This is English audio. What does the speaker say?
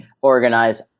organize